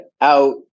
out